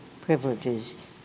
privileges